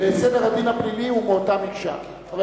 סדר הדין הפלילי הוא מקשה אחת.